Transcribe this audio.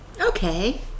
Okay